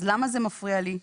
אז למה זה מפריע לי?